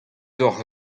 hocʼh